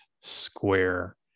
square